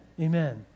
Amen